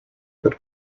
but